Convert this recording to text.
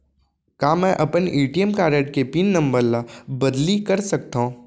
का मैं अपन ए.टी.एम कारड के पिन नम्बर ल बदली कर सकथव?